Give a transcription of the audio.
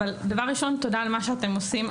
אבל דבר ראשון תודה על מה שאתם עושים.